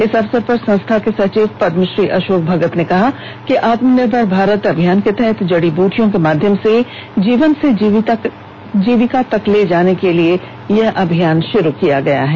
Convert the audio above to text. इस अवसर पर संस्था के सचिव पद्मश्री अशोक भगत ने कहा कि आत्मनिर्भर भारत अभियान के तहत जड़ी ब्रूटियों के माध्यम से जीवन से जीविका तक ले जाने के लिए यह अभियान शुरू किया गया है